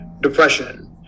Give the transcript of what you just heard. depression